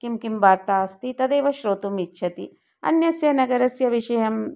का का वार्ता अस्ति तामेव श्रोतुम् इच्छन्ति अन्यस्य नगरस्य विषयं